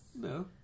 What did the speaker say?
No